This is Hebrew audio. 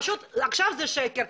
פשוט עכשיו זה שקר.